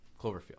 Cloverfield